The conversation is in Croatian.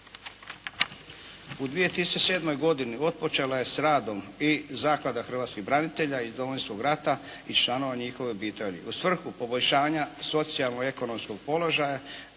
U 2007. godini otpočela je s radom i zaklada hrvatskih branitelja iz Domovinskog rata i članova njihovih obitelji. U svrhu poboljšanja socijalno-ekonomskog položaja